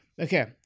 Okay